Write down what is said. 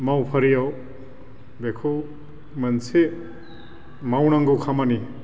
मावफारियाव बेखौ मोनसे मावनांगौ खामानि